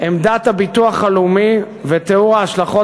עמדת הביטוח הלאומי ותיאור ההשלכות